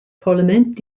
parlament